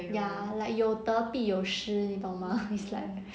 ya 有得必有失你懂吗 is like